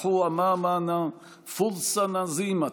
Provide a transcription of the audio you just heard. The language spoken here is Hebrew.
דלתותינו פתוחות לרווחה לפניכם